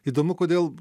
įdomu kodėl